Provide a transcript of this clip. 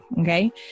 Okay